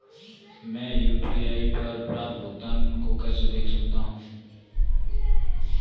मैं यू.पी.आई पर प्राप्त भुगतान को कैसे देख सकता हूं?